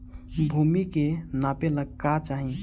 भूमि के नापेला का चाही?